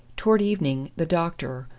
towards evening the doctor,